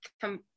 come